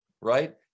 right